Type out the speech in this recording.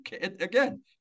again